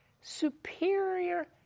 superior